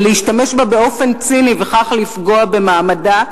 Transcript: ולהשתמש בה באופן ציני ובכך לפגוע במעמדה,